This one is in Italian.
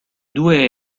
due